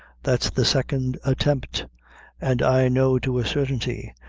that's the second attempt and i know to a certainty,